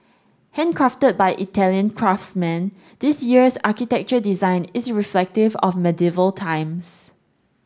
handcrafted by Italian craftsmen this year's architecture design is reflective of medieval times